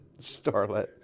Starlet